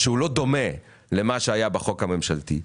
שהוא לא דומה למה שהיה בחוק הממשלתי,